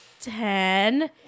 ten